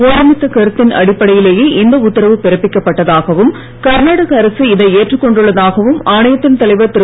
ஒருமித்த கருத்தின் அடிப்படையிலேயே இந்த உத்தரவு பிறப்பிக்கப்பட்டதாகவும் கர்நாடக அரசு இதை ஏற்றுக் கொண்டுள்ளதாகவும் ஆணையத்தின் தலைவர் திரு